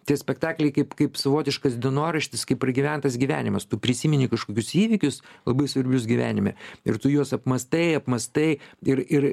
tie spektakliai kaip kaip savotiškas dienoraštis kaip pragyventas gyvenimas tu prisimeni kažkokius įvykius labai svarbius gyvenime ir tu juos apmąstai apmąstai ir ir